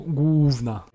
główna